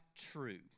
true